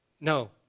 No